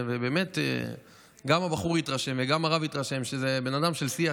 ובאמת גם הבחור התרשם וגם הרב התרשם שזה בן אדם של שיח,